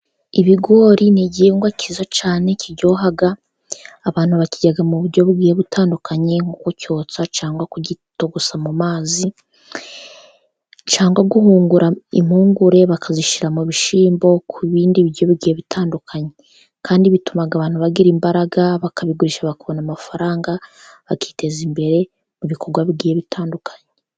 Ibigori ni igihingwa cyiza cyane kiryoha, abantu bakirya mu buryo bugiye butandukanye, nko kucyotsa cyangwa kugitogosa mu mazi, cyangwa guhungura impungure, bakazishyira mu bishyimbo, ku bindi biryo bitandukanye. Kandi bituma abantu bagira imbaraga, bakabigurisha bakabona amafaranga, bakiteza imbere mu bikorwa bigiye bitandukanye.